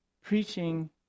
Preaching